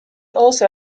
also